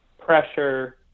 pressure